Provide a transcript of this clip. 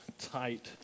tight